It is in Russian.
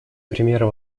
примера